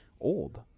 old